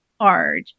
hard